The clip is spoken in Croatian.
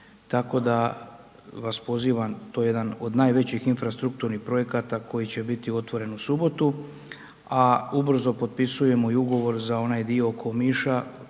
tako da vas pozivam, to je jedan od najvećih infrastrukturnih projekata koji će biti otvoren u subotu a ubrzo potpisujemo i ugovor za onaj dio oko Omiša,